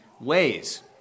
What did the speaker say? ways